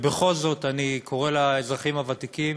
ובכל זאת, אני קורא לאזרחים הוותיקים